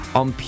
on